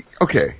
okay